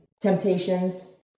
Temptations